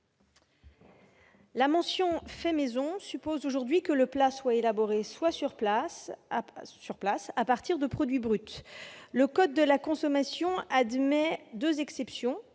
La mention « fait maison » suppose aujourd'hui que le plat soit élaboré sur place à partir de produits bruts. Le code de la consommation, dans sa partie